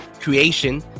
Creation